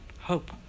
hope